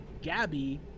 Gabby